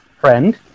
Friend